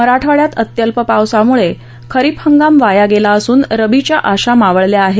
मराठवाङ्यात अत्यल्प पावसामुळे खरीप हंगाम वाया गेला असून रबी अशा मावळल्या आहेत